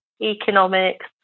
economics